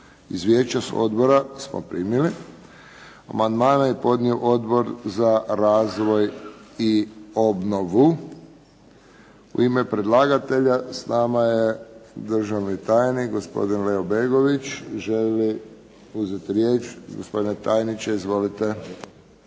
Izvješća s odbora smo primili. Amandmane je podnio Odbor za razvoj i obnovu. U ime predlagatelja s nama je državni tajnik gospodin Leo Begović. Želi uzeti riječ. Gospodine tajniče, izvolite.